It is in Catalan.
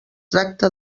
tracta